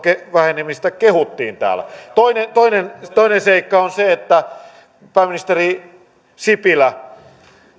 vähenemistä kehuttiin täällä toinen toinen seikka on se pääministeri sipilä että